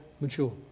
mature